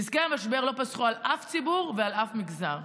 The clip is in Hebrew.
נזקי המשבר לא פסחו על אף ציבור ועל אף מגזר.